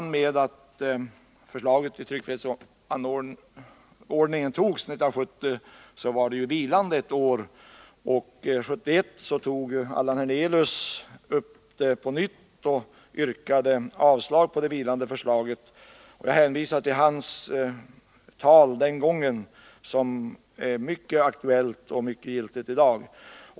Det förslag till tryckfrihetsförordning som antogs 1970 var vilande ett år. 1971 togs det upp på nytt, och Allan Hernelius yrkade avslag på det vilande förslaget. Jag hänvisar till hans tal den gången, som är mycket aktuellt och giltigt även i dag.